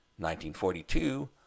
1942